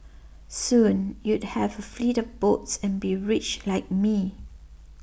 soon you'd have a fleet boats and be rich like me